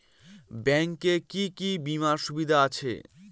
Bank এ কি কী বীমার সুবিধা আছে?